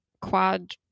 quad